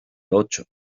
ocho